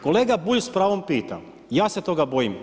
Kolega Bulj s pravom pita, ja se toga bojim.